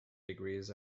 degrees